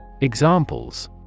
Examples